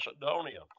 Macedonia